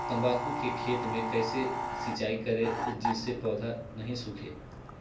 तम्बाकू के खेत मे कैसे सिंचाई करें जिस से पौधा नहीं सूखे?